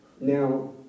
Now